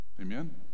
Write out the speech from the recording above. amen